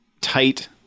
tight